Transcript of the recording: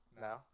No